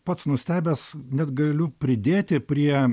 pats nustebęs net galiu pridėti prie